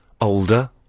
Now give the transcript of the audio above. older